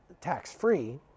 tax-free